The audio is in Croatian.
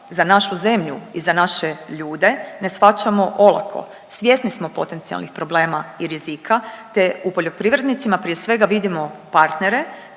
za našu zemlju i za naše ljude ne shvaćamo olako. Svjesni smo potencijalnih problema i rizika te u poljoprivrednicima prije svega vidimo partnere